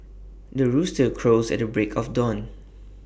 the rooster crows at the break of dawn